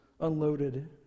unloaded